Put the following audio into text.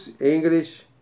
English